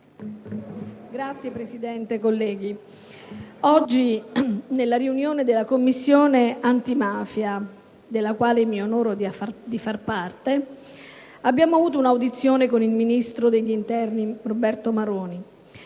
Signor Presidente, onorevoli colleghi, oggi nella riunione della Commissione antimafia, della quale mi onoro di far parte, abbiamo avuto un'audizione con il ministro dell'interno Roberto Maroni,